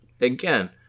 again